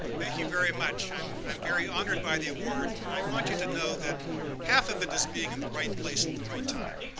thank you very much. i'm i'm very honored by the award. i want you to know that half of it is being in the right place at the right time.